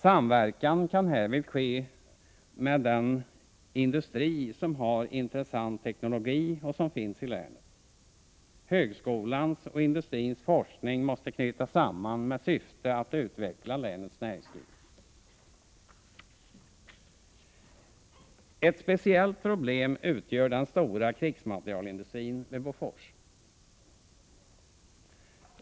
Samverkan kan därvid ske med den industri som har intressant teknologi och som finns i länet. Högskolans och industrins forskning måste knytas samman i syfte att utveckla länets näringsliv. Ett speciellt problem utgör den stora krigsmaterielindustrin vid Bofors.